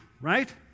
right